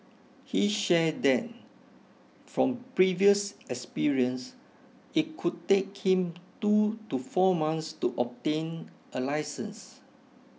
he shared that from previous experience it could take him two to four months to obtain a licence